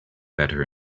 better